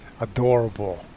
adorable